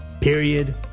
period